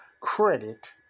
credit